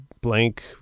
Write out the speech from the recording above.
blank